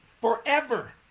forever